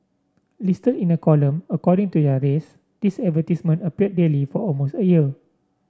listed in a column according to their race these advertisements appeared daily for almost a year